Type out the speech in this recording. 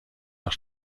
nach